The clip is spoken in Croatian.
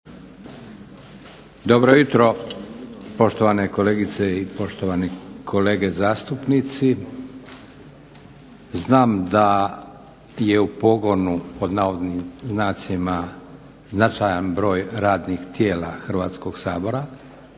Josip (SDP)** Poštovani kolegice i poštovani kolege zastupnici. Znam da je u pogonu pod navodnim znacima značajan broj radnih tijela Hrvatskog sabora,